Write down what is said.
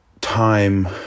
time